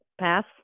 pass